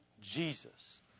Jesus